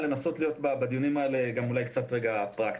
לנסות להיות בדיונים האלה קצת פרקטי.